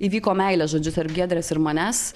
įvyko meilė žodžiu tarp giedrės ir manęs